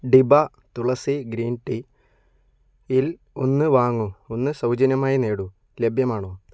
ഡിബ Tulsi green ടീയിൽ ഒന്ന് വാങ്ങൂ ഒന്ന് സൗജന്യമായി നേടൂ ലഭ്യമാണോ